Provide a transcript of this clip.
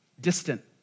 distant